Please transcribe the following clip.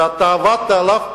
שאתה עבדת עליו קשה,